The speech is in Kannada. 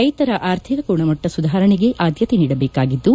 ರೈತರ ಆರ್ಥಿಕ ಗುಣಮಟ್ಟ ಸುಧಾರಣೆಗೆ ಆದ್ದತೆ ನೀಡಬೇಕಾಗಿದ್ದು